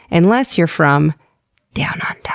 unless you're from down ah